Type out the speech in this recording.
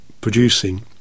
producing